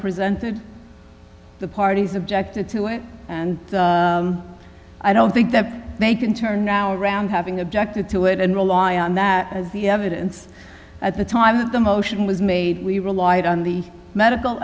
presented the parties objected to it and i don't think that they can turn now around having objected to it and rely on that as the evidence at the time of the motion was made we relied on the medical